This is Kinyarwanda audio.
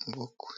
mu bukwe.